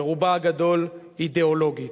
ברובה הגדול אידיאולוגית.